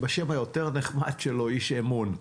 בשם היותר נחמד שלו, איש אמון.